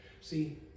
See